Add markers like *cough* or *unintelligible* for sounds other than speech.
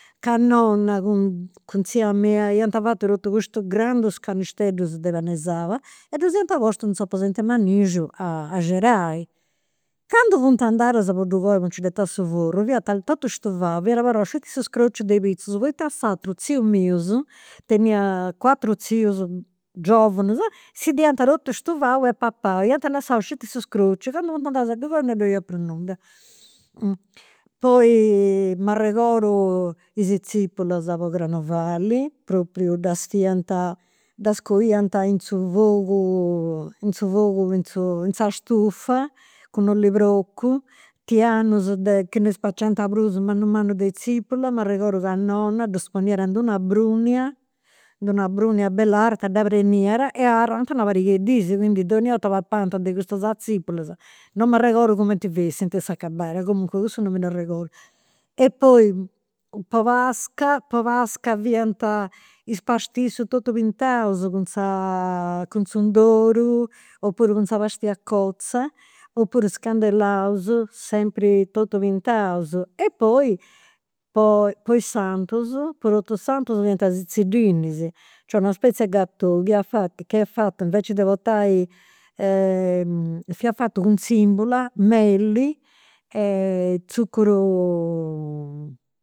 Ca nonna cun tzia mia iant fatu totu custu grandu canisteddus de pan'e saba, e ddus iant postus in s'aposent'e manixiu a axedai. Candu funt andadas po ddu coi po nci *unintelligible* a su forru, fiat totu stuvau, fiat abarrau sceti su scrociu de pitzus, poita s'aturu tziu mius, tenia cuatru tzius giovunus, *noise* si dd'iant totu stuvau e papau. E iant lassau sceti su scrociu. Candu funt andadas a ddu coi non ddoi iat prus nudda. Poi m'arregodu is zipulas po carnevali, propriu ddas fiant, ddas coiant in su fogu, in su fogu, in su *hesitation* in sa stufa, cun oll'e procu, tianus de, chi non spaciant prus, mannus mannus de zipula. M'arregodu ca nonna ddas poniat in d'una brugna, una brugna bella arta dda preniat e abarrant una pariga 'e dis. Quindi donnia 'orta papant de custas zipulas, non m'arregodu cumenti *unintelligible* a s'acabada. Comunque cussu non mi dd'arregodu. E poi po pasca, po pasca fiant is pastissus totus pintaus cun sa *hesitation* cu s'indoru, opuru cun sa pasti 'a cotza, opuru is candelaus, sempri totus pintaus. E poi po po is santus, po totus is santus fadiant is tzidinnis, cioè una spezie 'e gatò, che fia fatu *hesitation* che est fatu, invece de portai *hesitation* fia fatu cun simbula, meli, tzuccuru